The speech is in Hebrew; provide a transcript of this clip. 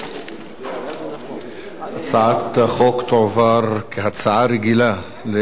להפוך את הצעת חוק התכנון והבנייה (תיקון,